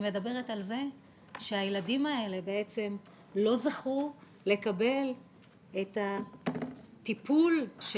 אני מדברת על זה שהילדים האלה לא זכו לקבל את הטיפול של